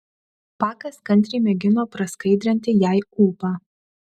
pakas kantriai mėgino praskaidrinti jai ūpą